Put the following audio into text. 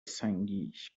سنگیش